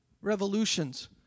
revolutions